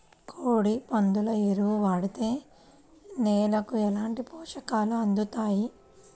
కోడి, పందుల ఎరువు వాడితే నేలకు ఎలాంటి పోషకాలు అందుతాయి